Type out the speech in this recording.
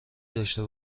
داشته